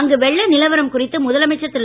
அங்கு வெள்ள நிலவரம் குறித்து முதலமைச்சர் திரு